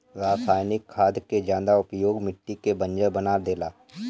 रासायनिक खाद के ज्यादा उपयोग मिट्टी के बंजर बना देला